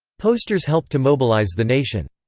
posters helped to mobilize the nation.